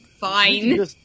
Fine